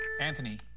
Anthony